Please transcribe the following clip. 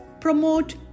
promote